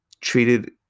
treated